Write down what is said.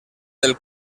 del